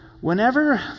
Whenever